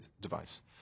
device